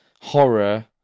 horror